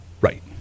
Right